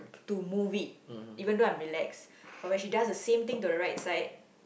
to move it even though I'm relaxed but when she does the same thing to the right side